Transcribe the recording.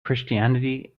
christianity